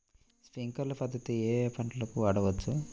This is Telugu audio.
స్ప్రింక్లర్ పద్ధతిని ఏ ఏ పంటలకు వాడవచ్చు?